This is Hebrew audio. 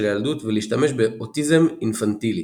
הילדות ולהשתמש ב"אוטיזם אינפנטילי"